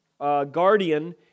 guardian